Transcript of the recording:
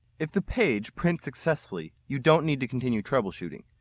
if the page prints successfully, you don't need to continue troubleshooting.